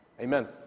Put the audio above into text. Amen